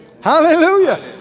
Hallelujah